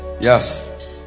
Yes